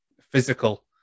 physical